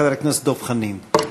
חבר הכנסת דב חנין.